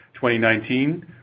2019